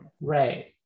right